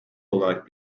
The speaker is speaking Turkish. olarak